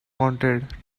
wanted